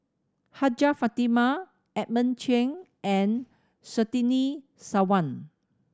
Hajjah Fatimah Edmund Cheng and Surtini Sarwan